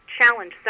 challenge